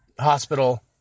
hospital